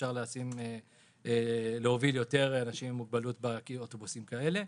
שאפשר להוביל יותר אנשים עם מוגבלות באוטובוסים כאלה.